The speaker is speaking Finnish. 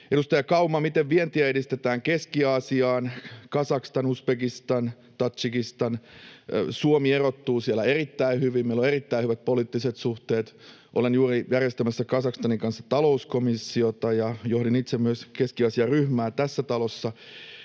Edustaja Kauma: Miten vientiä edistetään Keski-Aasiaan? — Kazakstan, Uzbekistan, Tadžikistan: Suomi erottuu siellä erittäin hyvin, meillä on erittäin hyvät poliittiset suhteet. Olen juuri järjestämässä Kazakstanin kanssa talouskomissiota, ja johdin itse myös Keski-Aasia-ryhmää tässä talossa.